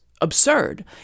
absurd